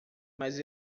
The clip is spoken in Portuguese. mas